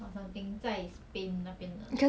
or something 在 Spain 那边的